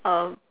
err